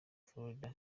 florida